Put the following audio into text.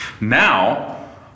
Now